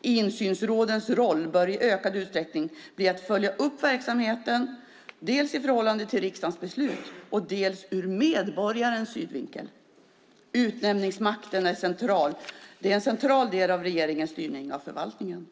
Insynsrådens roll bör i ökad utsträckning bli att följa upp verksamheten, dels i förhållande till riksdagens beslut, dels ur medborgarens synvinkel. Utnämningsmakten är en central del av regeringens styrning av förvaltningen.